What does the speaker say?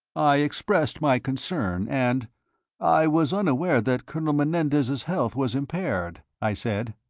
i expressed my concern, and i was unaware that colonel menendez's health was impaired, i said.